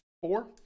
four